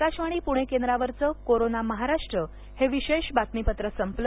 आकाशवाणी पुणे केंद्रावरच कोरोना महाराष्ट्र हे विशेष बातमीपत्र संपल